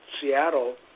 Seattle